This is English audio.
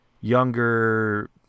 younger